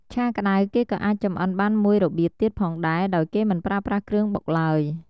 ឆាក្តៅគេក៏អាចចម្អិនបានមួយរបៀបទៀតផងដែរដោយគេមិនប្រើប្រាស់គ្រឿងបុកឡើយ។